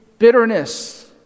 Bitterness